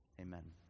Amen